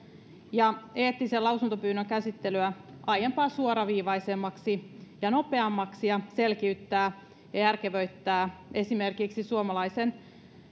ja eettisen lausuntopyynnön käsittelyä aiempaa suoraviivaisemmaksi ja nopeammaksi ja selkiyttää ja järkevöittää esimerkiksi suomalaisen